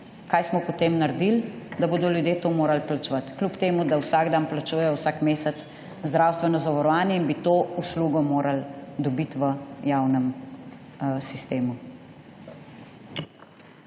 kaj smo potem naredili, da bodo ljudje to morali plačevati, kljub temu, da vsak dan plačujejo, vsak mesec zdravstveno zavarovanje, in bi to uslugo morali dobiti v javnem sistemu.